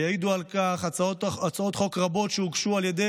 ויעידו על כך הצעות חוק רבות שהוגשו על ידי